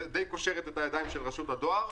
די קושרת את הידיים של רשות הדואר.